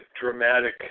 dramatic